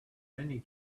many